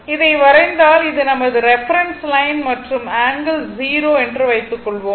இதை வரைந்தால் இது நமது ரெஃபரென்ஸ் லைன் மற்றும் ஆங்கிள் 0 என்று வைத்துக் கொள்வோம்